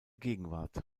gegenwart